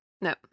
No